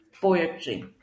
poetry